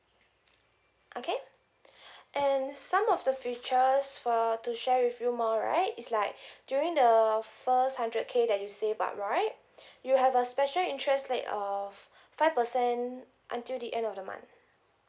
okay and some of the features for to share with you more right is like during the first hundred K that you save up right you have a special interest rate of five percent until the end of the month